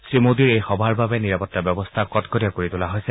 শ্ৰীমোদীৰ এই সভাৰ বাবে নিৰাপত্তা ব্যৱস্থা কটকটীয়া কৰি তোলা হৈছে